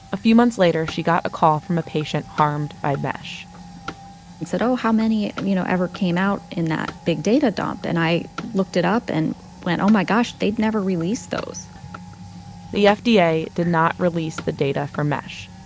a few months later, she got a call from a patient harmed by mesh and said, oh, how many you know ever came out in that big data dump? and i looked it up and went, oh, my gosh. they've never released those the fda did not release the data for mesh.